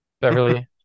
Beverly